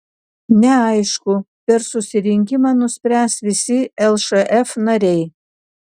neaišku per susirinkimą nuspręs visi lšf nariai